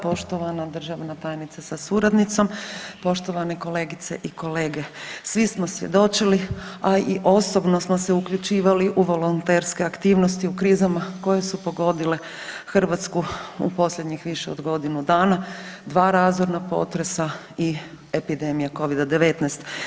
Poštovana državna tajnice sa suradnicom, poštovane kolegice i kolege, svi smo svjedočili, a i osobno smo se uključivali u volonterske aktivnosti u krizama koje su pogodile Hrvatsku u posljednjih više od godinu dana, 2 razorna potresa i epidemija Covida-19.